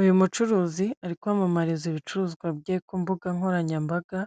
Uyu mucuruzi ari kwamamariza ibicuruzwa bye ku mbuga nkoranyambaga,